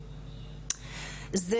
זה